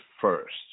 first